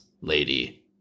lady